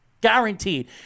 Guaranteed